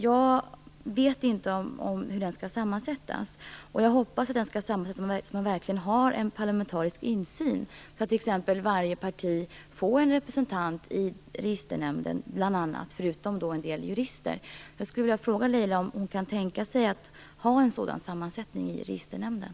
Jag vet inte hur den skall sammansättas. Jag hoppas att den skall sammansättas så att det verkligen blir parlamentarisk insyn och att varje parti får en representant i registernämnden, förutom en del jurister. Jag skulle vilja fråga Laila Freivalds om hon kan tänka sig att ha en sådan sammansättning på registernämnden.